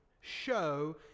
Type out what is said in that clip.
show